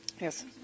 Yes